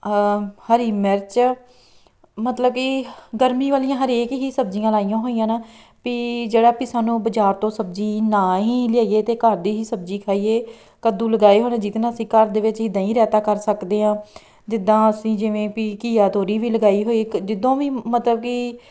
ਹਰੀ ਮਿਰਚ ਮਤਲਬ ਕਿ ਗਰਮੀ ਵਾਲੀਆਂ ਹਰੇਕ ਹੀ ਸਬਜ਼ੀਆਂ ਲਗਾਈਆਂ ਹੋਈਆਂ ਹਨ ਵੀ ਜਿਹੜਾ ਵੀ ਸਾਨੂੰ ਬਜ਼ਾਰ ਤੋਂ ਸਬਜ਼ੀ ਨਾ ਹੀ ਲਿਆਈਏ ਅਤੇ ਘਰ ਦੀ ਹੀ ਸਬਜ਼ੀ ਖਾਈਏ ਕੱਦੂ ਲਗਾਏ ਹੋਏ ਨੇ ਜਿਹਦੇ ਨਾਲ ਅਸੀਂ ਘਰ ਦੇ ਵਿੱਚ ਹੀ ਦਹੀਂ ਰਾਇਤਾ ਕਰ ਸਕਦੇ ਹਾਂ ਜਿੱਦਾ ਅਸੀਂ ਜਿਵੇਂ ਵੀ ਘੀਆ ਤੋਰੀ ਵੀ ਲਗਾਈ ਹੋਈ ਜਦੋਂ ਵੀ ਮਤਲਬ ਕਿ